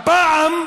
הפעם,